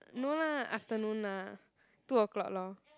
no lah afternoon lah two o'clock lor